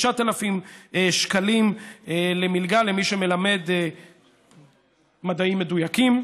9,000 שקלים מלגה למי שמלמד מדעים מדויקים,